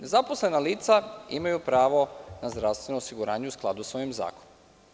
Nezaposlena lica imaju pravo na zdravstveno osiguranje u skladu sa ovim zakonom.